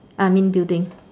I mean building